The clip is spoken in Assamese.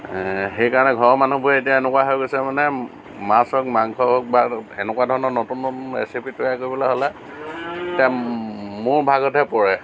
সেইকাৰণে ঘৰৰ মানুহবোৰে এতিয়া এনেকুৱা হৈ গৈছে মানে মাছ হওক মাংস হওক বা সেনেকুৱা ধৰণৰ নতুন নতুন ৰেচিপি তৈয়াৰ কৰিবলৈ হ'লে এতিয়া মোৰ ভাগতহে পৰে